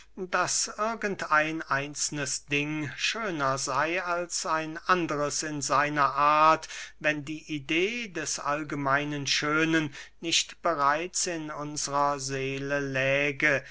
daß irgend ein einzelnes ding schöner sey als ein anderes in seiner art wenn die idee des allgemeinen schönen nicht bereits in unsrer seele läge